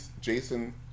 Jason